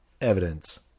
Evidence